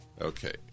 Okay